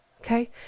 okay